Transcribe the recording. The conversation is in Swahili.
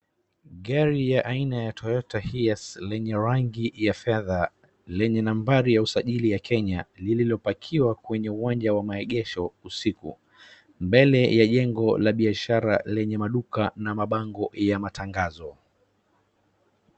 Gari ya aina ya toyota hilux lenye rangi ya fedha, lenye nambari ya usajili ya Kenya, lilioparkiwa kwenye uwanja wa maegesho usiku, mbele ya jengo la biashara lenye maduka na mabango ya matangazo.